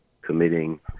Committing